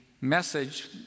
message